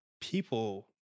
people